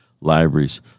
libraries